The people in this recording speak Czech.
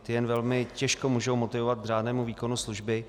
Ty jen velmi těžko můžou motivovat k řádnému výkonu služby.